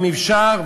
אם אפשר,